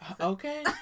Okay